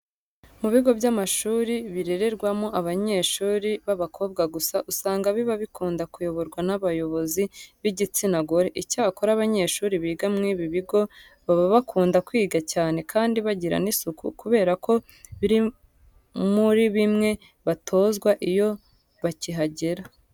Mu bigo by'amashuri birererwamo abanyeshuri b'abakobwa gusa usanga biba bikunda kuyoborwa n'abayobozi b'igitsina gore. Icyakora abanyeshuri biga muri ibi bigo baba bakunda kwiga cyane kandi bagira n'isuku kubera ko biri muri bimwe batozwa iyo bakihagera.